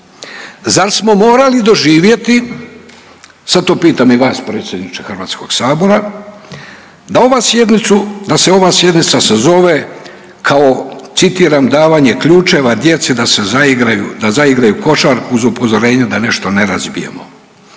Zar smo morali doživjeti, sad to pitam i vas predsjedniče HS-a, da se ova sjednica sazove kao citiram: „davanje ključeva djeci da se zaigraju, da zaigraju košarku uz upozorenje da nešto ne razbijemo“?